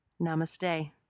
Namaste